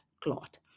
clot